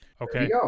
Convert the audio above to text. okay